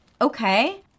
Okay